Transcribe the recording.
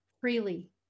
freely